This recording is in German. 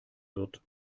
wird